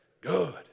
good